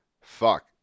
Fuck